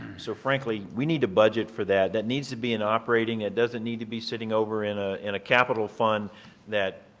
so frankly, we need to budget for that, that needs to be in operating, it doesn't need to be sitting over in ah in a capital fund that